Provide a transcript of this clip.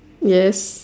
yes